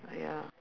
ya